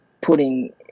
putting